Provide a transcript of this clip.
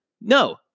No